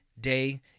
day